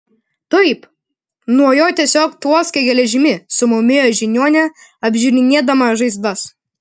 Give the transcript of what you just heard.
taip nuo jo tiesiog tvoskia geležimi sumurmėjo žiniuonė apžiūrinėdama žaizdas